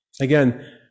Again